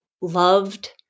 loved